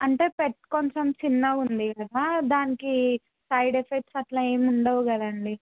అంటే పెట్ కొంచెం చిన్నగా ఉంది కదా దానికి సైడ్ ఎఫెక్ట్స్ అట్లా ఏం ఉండవు కదండీ